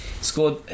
scored